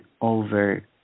over